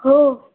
हो